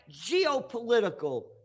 geopolitical